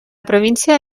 província